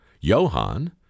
Johann